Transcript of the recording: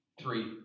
three